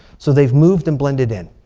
so they've moved and blended in.